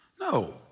No